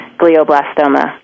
glioblastoma